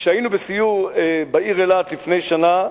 כשהיינו בסיור בעיר אילת לפני שנה,